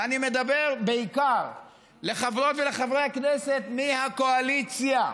ואני מדבר בעיקר לחברות ולחברי הכנסת מהקואליציה,